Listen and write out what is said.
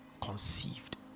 conceived